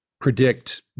predict